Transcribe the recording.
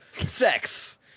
sex